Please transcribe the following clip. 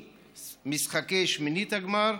ממשחקי שמינית הגמר,